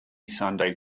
sunday